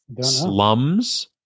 Slums